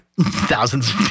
thousands